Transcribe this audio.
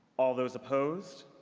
all those opposed?